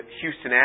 Houston